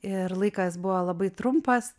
ir laikas buvo labai trumpas